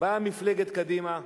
באה מפלגת קדימה,